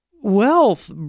wealth